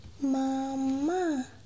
mama